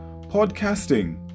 podcasting